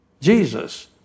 Jesus